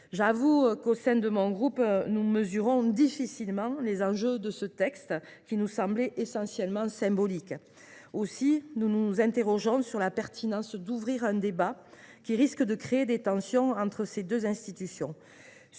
J’avoue que, au sein du groupe RDSE, nous mesurons difficilement les enjeux de ce texte qui nous semblait essentiellement symbolique. Aussi, nous nous interrogeons sur la pertinence d’ouvrir un débat qui risque de créer des tensions entre ces deux institutions.